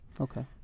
Okay